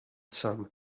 some